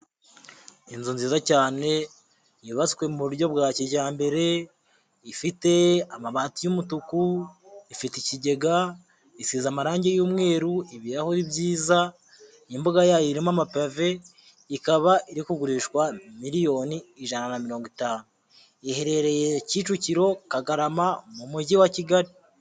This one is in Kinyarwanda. Inzu nziza cyane yubatswe mu buryo bwa kijyambere, ifite amabati y'umutuku, ifite ikigega, isize amarangi y'umweru, ibirahuri byiza, imbuga yayo irimo amapeve, ikaba iri kugurishwa miliyoni ijana na mirongo itanu, iherereye Kicukiro Kagarama mu mujyi wa Kigali.